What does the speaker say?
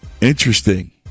Interesting